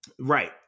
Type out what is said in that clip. Right